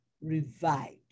revived